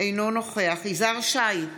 אינו נוכח יזהר שי,